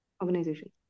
organization